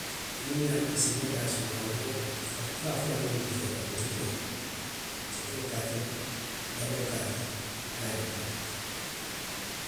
Minnu ye a loŋ i se moo daa sunkaŋ, wo, e, i be a foloo la netetuo la, netetuo. Netetuo ka a ke le. jaboo ka a ke, laajoo ka a ke,.